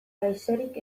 gaixorik